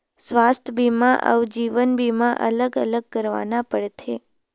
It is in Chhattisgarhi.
स्वास्थ बीमा अउ जीवन बीमा अलग अलग करवाना पड़थे?